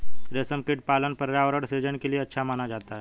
रेशमकीट पालन पर्यावरण सृजन के लिए अच्छा माना जाता है